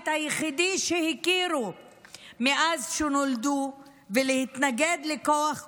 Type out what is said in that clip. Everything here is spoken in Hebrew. היחידי שהכירו מאז שנולדו ולהתנגד לכוח כובש,